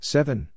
Seven